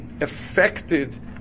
affected